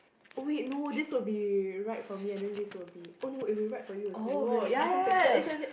oh wait no this will be right for me and then this will be oh no it will be right for you also ya ya ya as in as in